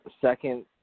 second